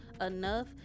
enough